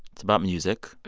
it's about music